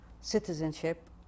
citizenship